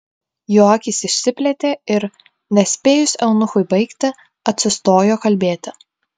jo akys išsiplėtė ir nespėjus eunuchui baigti atsistojo kalbėti